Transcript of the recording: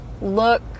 look